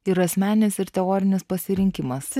ir asmeninis ir teorinis pasirinkimas